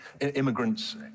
immigrants